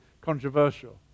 controversial